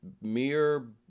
mere